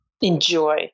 Enjoy